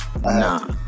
Nah